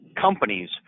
companies